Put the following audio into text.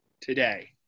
today